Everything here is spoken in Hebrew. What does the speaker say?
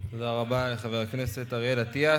תודה רבה לחבר הכנסת אריאל אטיאס.